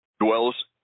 dwells